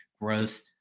growth